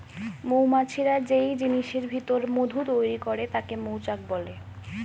মৌমাছিরা যেই জিনিসের ভিতর মধু তৈরি করে তাকে মৌচাক বলে